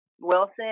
Wilson